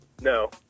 No